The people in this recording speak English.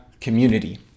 community